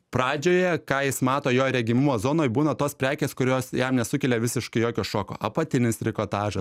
pradžioje ką jis mato jo regimumo zonoj būna tos prekės kurios jam nesukelia visiškai jokio šoko apatinis trikotaža